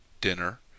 Dinner